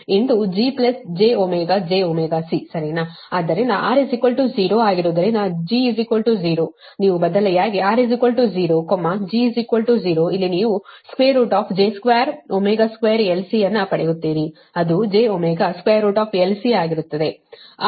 ಆದ್ದರಿಂದ r 0 ಆಗಿರುವುದರಿಂದ g 0 ನೀವು ಬದಲಿಯಾಗಿ r 0 g 0 ಇಲ್ಲಿ ನೀವು j2 2 LC ಅನ್ನು ಪಡೆಯುತ್ತೀರಿ ಅದುjω LC ಆಗಿರುತ್ತದೆ